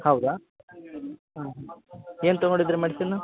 ಹೌದಾ ಹಾಂ ಹಾಂ ಏನು ತಗೊಂಡಿದ್ರಿ ಮೆಡಿಸಿನ್